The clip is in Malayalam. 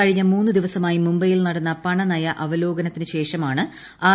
കഴിഞ്ഞ മൂന്ന് ദിവസമായി മുംബൈയിൽ നടന്ന പണനയ അവലോകനത്തിന് ശേഷമാണ് ആർ